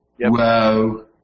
Whoa